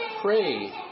Pray